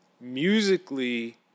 musically